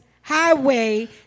highway